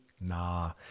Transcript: Nah